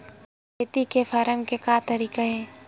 खेती से फारम के का तरीका हे?